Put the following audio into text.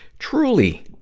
truly,